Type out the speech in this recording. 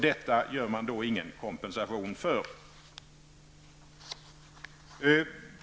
Detta ger man ingen kompensation för.